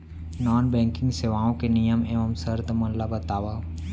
non banking सेवाओं के नियम एवं शर्त मन ला बतावव